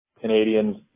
Canadians